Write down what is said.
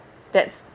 that's